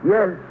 Yes